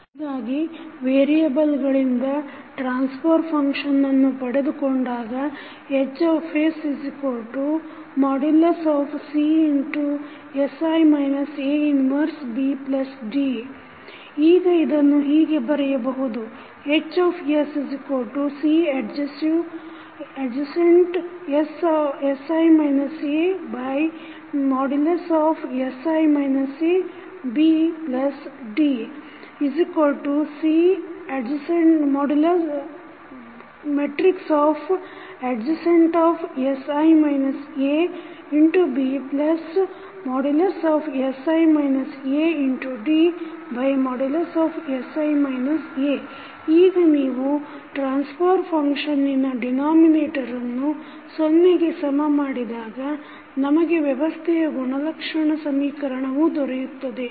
ಹೀಗಾಗಿ ಸ್ಥಿತಿ ವೇರಿಯಬಲ್ಗಳಿಂದ ಟ್ರಾನ್ಸಫರ್ ಫಂಕ್ಷನ್ ಅನ್ನು ಪಡೆದುಕೊಂಡಾಗ HsCsI A 1BD ಈಗ ಇದನ್ನು ಹೀಗೆ ಬರೆಯಬಹುದು HsCadj|sI A|BD CadjsI ABsI ADsI A ಈಗ ನೀವು ಟ್ರಾನ್ಸಫರ್ ಫಂಕ್ಷನ್ನಿನ ಡಿನಾಮಿನೇಟರನ್ನು ಸೊನ್ನೆಗೆ ಸಮ ಮಾಡಿದಾಗ ನಮಗೆ ವ್ಯವಸ್ಥೆಯ ಗುಣಲಕ್ಷಣ ಸಮೀಕರಣವು ದೊರೆಯುತ್ತದೆ